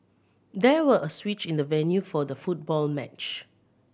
there was a switch in the venue for the football match